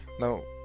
Now